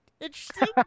Interesting